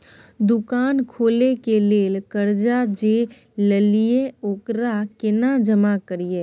दुकान खोले के लेल कर्जा जे ललिए ओकरा केना जमा करिए?